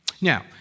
Now